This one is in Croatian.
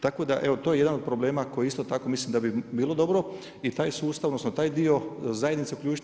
Tako da evo, to je jedan od problema koji isto tako mislim da bi bilo dobro i taj sustav, odnosno taj dio zajednice uključiti.